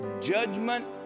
judgment